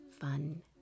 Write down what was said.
fun